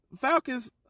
Falcons